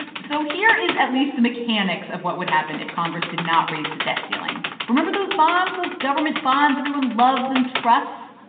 ah so here is at least the mechanics of what would happen if congress did not raise the debt ceiling. remember those bonds, those government bonds everyone loves and trusts?